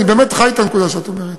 אני באמת חי את הנקודה שאת אומרת.